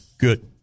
good